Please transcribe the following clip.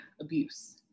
abuse